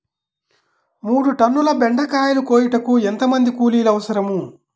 మూడు టన్నుల బెండకాయలు కోయుటకు ఎంత మంది కూలీలు అవసరం?